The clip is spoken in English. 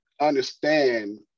understand